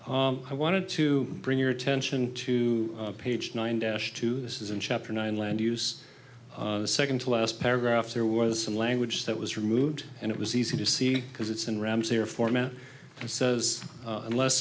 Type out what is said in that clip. i wanted to bring your attention to page nine dash to this is in chapter nine land use second to last paragraph there was some language that was removed and it was easy to see because it's in ram's here format and says unless